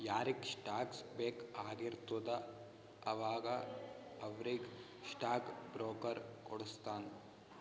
ಯಾರಿಗ್ ಸ್ಟಾಕ್ಸ್ ಬೇಕ್ ಆಗಿರ್ತುದ ಅವಾಗ ಅವ್ರಿಗ್ ಸ್ಟಾಕ್ ಬ್ರೋಕರ್ ಕೊಡುಸ್ತಾನ್